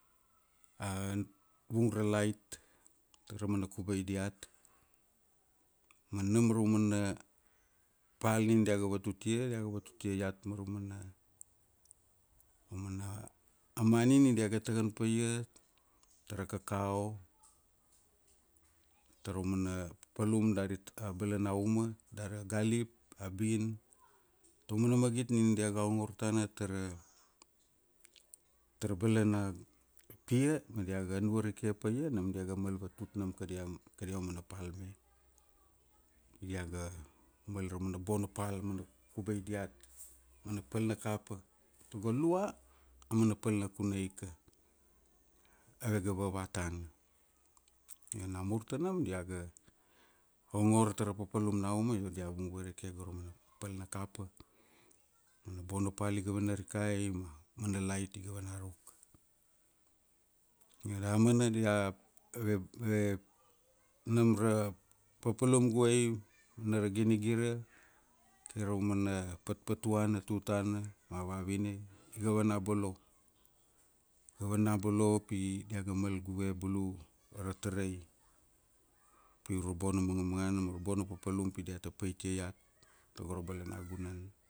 Vung ra lait, tara mana kubai diat, ma nam ra mana pal nin diaga vatut ia, diaga vatut ia iat mara mana, aumana mani ni diaga takan paia, tara kakao, tara umana papalum dari, abalana uma, dari ra galip, a bin, taumana magit nin dia ga ongor tana tara, tara balana, pi, ma diaga an varike pa ia, na, diaga mal vatut nam kadia, kadia mana pal me. Diaga, mal ra mana bona pal. Mana kubai diat. Mana pal na kapa, tago lua, aumana pal na kunai ka. Ave ga vava tana. Io namur tanam dia ga, ongor tara papaplum na uma, io go dia vung varike go ra mana pal na kapa. Mana bona pal iga vanarikai ma, mana lait iga vana ruk. Io damana dia, ave, ve, bam ra papalum guvai, na ra ginigira kai ra mana patpatuana, tutana, ma vavina iga vana bolo. Iga vana bolo pi, diaga mal guve bulu ra tarai. Pi ure ra bona mangamangana mara bona papalum pi diata paitia iat, tago ra balanagunan.